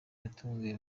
yatunguye